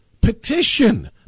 petition